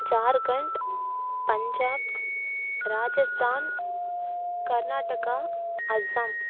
Jharkhand Punjab Rajasthan Karnataka Assam